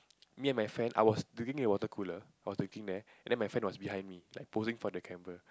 me and my friend I was drinking the water cooler I was drinking there and then my friend was behind me posing for the camera